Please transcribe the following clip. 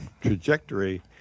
trajectory